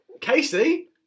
Casey